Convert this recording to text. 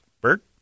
Bert